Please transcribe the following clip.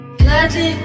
gladly